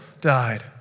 died